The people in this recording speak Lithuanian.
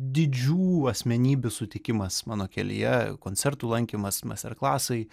didžių asmenybių sutikimas mano kelyje koncertų lankymas masterklasai